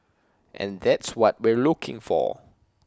and that's what we're looking for